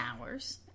hours